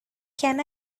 can